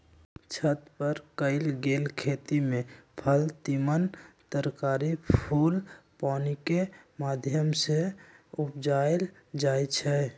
छत पर कएल गेल खेती में फल तिमण तरकारी फूल पानिकेँ माध्यम से उपजायल जाइ छइ